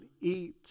eat